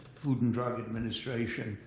food and drug administration,